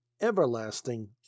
everlasting